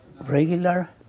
regular